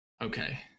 Okay